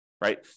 right